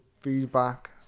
feedback